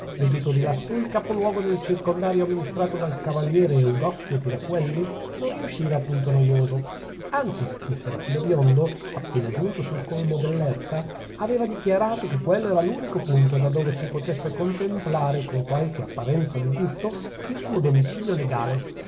veduto di lassù il capoluogo del circondario amministrato dal cavaliere eudossio tiraquelli non riesciva punto noioso anzi il serafino biondo appena giunto sul colmo dell'erta aveva dichiarato che quello era l'unico punto da dove si potesse contemplare con qualche apparenza di gusto il suo domicilio legale